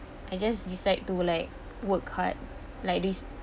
I just decide to like work hard like dis~